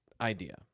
idea